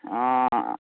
हँ